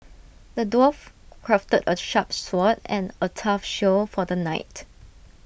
the dwarf crafted A sharp sword and A tough shield for the knight